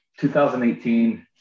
2018